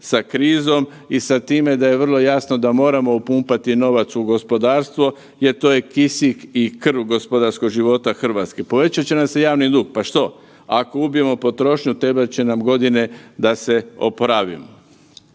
sa krizom i sa time da je vrlo jasno da moramo upumpati novac u gospodarstvo jer to je kisik i krv gospodarskog života Hrvatske. Povećat će nam se javni dug, pa što, ako ubijemo potrošnju trebat će nam godine da se oporavimo.